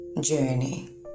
journey